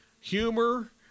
humor